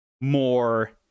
more